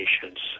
patients